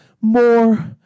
more